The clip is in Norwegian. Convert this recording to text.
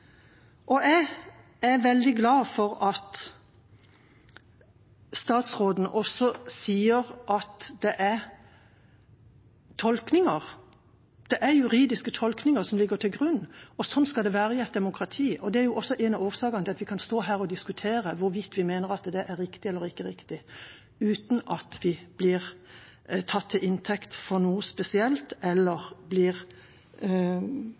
Jeg er veldig glad for at statsråden sier at det er tolkninger, juridiske tolkninger, som ligger til grunn. Slik skal det være i et demokrati, og det er også en av årsakene til at vi kan stå her og diskutere hvorvidt vi mener at det er riktig eller ikke riktig, uten at det blir tatt til inntekt for noe spesielt, eller